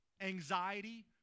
anxiety